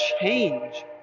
change